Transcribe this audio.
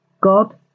God